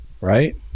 right